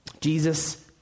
Jesus